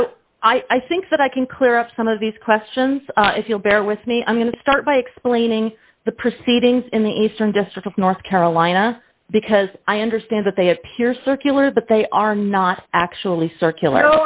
so i think that i can clear up some of these questions if you'll bear with me i'm going to start by explaining the proceedings in the eastern district of north carolina because i understand that they have peer circular that they are not actually circular